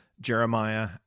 Jeremiah